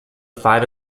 five